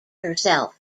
herself